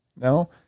No